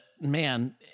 man